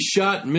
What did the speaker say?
Shot